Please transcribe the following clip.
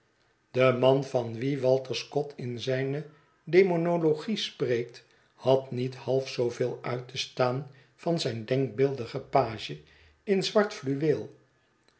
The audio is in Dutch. de man van wien walter scott in zijne demonology spreekt had niet halfzooveel uit te staan van zijn denkbeeldigen page in zwart fluweel